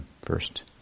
first